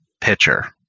pitcher